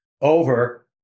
over